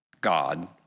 God